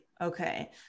okay